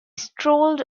strolled